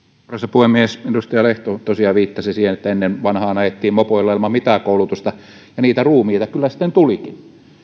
puhemies edustaja lehto tosiaan viittasi siihen että ennen vanhaan ajettiin mopoilla ilman mitään koulutusta ja niitä ruumiita kyllä sitten tulikin